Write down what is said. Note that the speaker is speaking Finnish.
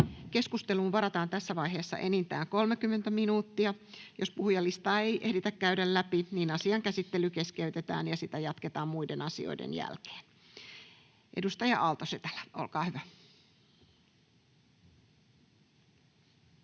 Keskusteluun varataan tässä vaiheessa enintään 30 minuuttia. Jos puhujalistaa ei ehditä käydä läpi, asian käsittely keskeytetään ja sitä jatketaan muiden asioiden jälkeen. — Edustaja Aalto-Setälä, olkaa hyvä.